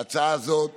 ההצעה הזאת